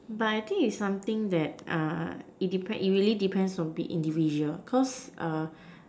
but I think it's something that uh it depends it really depends on the individual cause err